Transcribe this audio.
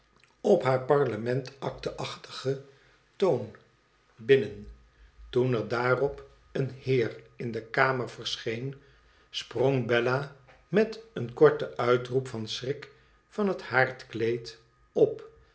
op haar parlement akte achtigen toon bmnen toen er daarop een heer in de kamer verscheen sprong bella met een korten uitroep van schrik van het haardkleed op